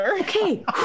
Okay